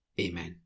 Amen